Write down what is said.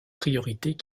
priorités